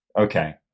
Okay